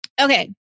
Okay